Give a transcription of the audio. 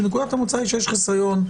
שנקודת המוצא היא שיש חיסיון,